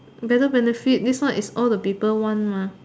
better benefit this one is all the people want mah